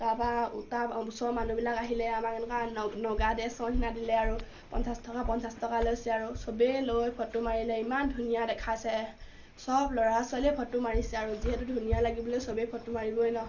তাৰপৰা উ তাৰ ওচৰৰ মানুহবিলাক আহিলে আমাক এনেকুৱা নগা ড্ৰেছৰ নিচিনা দিলে আৰু পঞ্চাছ টকা পঞ্চাছ টকা লৈছে আৰু সবেই লৈ ফটো মাৰিলে ইমান ধুনীয়া দেখাইছে সব ল'ৰা ছোৱালীয়ে ফটো মাৰিছে আৰু যিহেতু ধুনীয়া লাগিবলৈ সবেই ফটো মাৰিবই নহ্